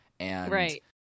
Right